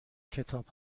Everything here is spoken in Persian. کتاب